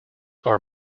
are